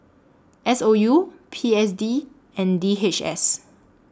S O U P S D and D H S